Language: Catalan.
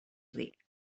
ric